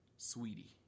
Sweetie